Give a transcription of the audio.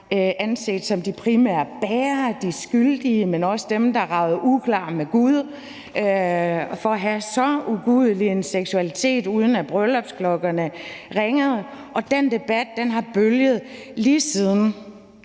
anset som de primært skyldige, men også dem, der ragede uklar med Gud for at have en så ugudelig en seksualitet, uden at bryllupsklokkerne havde ringet, og den debat har bølget frem